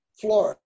florida